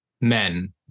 Men